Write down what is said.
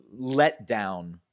letdown